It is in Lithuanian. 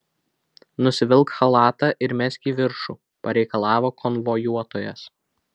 nusivilk chalatą ir mesk į viršų pareikalavo konvojuotojas